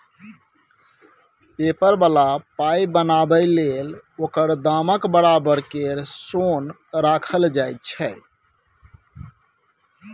paper बला पाइ बनाबै लेल ओकर दामक बराबर केर सोन राखल जाइ छै